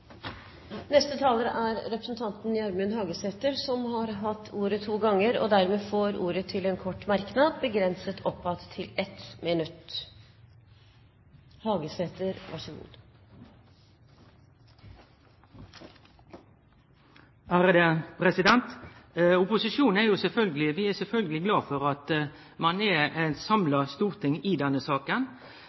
Gjermund Hagesæter har hatt ordet to ganger og får ordet til en kort merknad, begrenset til 1 minutt. Opposisjonen er sjølvsagt glad for at det er eit samla storting i denne saka. Men eg synest likevel ikkje at dei forklaringane frå saksordføraren, Ola Borten Moe, er